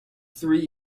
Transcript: three